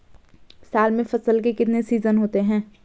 साल में फसल के कितने सीजन होते हैं?